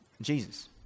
Jesus